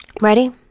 ready